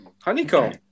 honeycomb